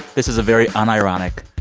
this is a very unironic,